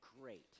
great